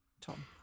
Tom